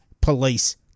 Police